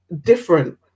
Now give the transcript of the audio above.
different